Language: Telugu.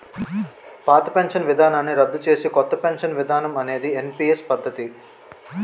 పాత పెన్షన్ విధానాన్ని రద్దు చేసి కొత్త పెన్షన్ విధానం అనేది ఎన్పీఎస్ పద్ధతి